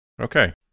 okay